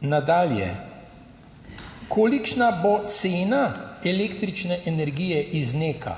Nadalje kolikšna bo cena električne energije iz NEK?